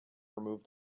remove